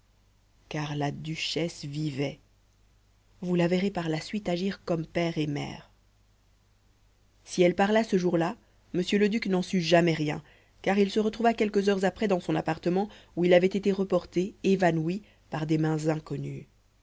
car la duchesse vivait vous la verrez par la suite agir comme père et mère si elle parla ce jour-là m le duc n'en sut jamais rien car il se retrouva quelques heures après dans son appartement où il avait été reporté évanoui par des mains inconnues